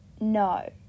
No